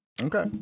Okay